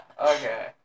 Okay